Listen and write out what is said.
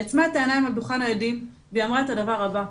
היא עצמה את העיניים על דוכן העדים והיא אמרה את הדבר הבא,